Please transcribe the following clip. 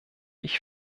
ich